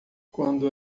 quando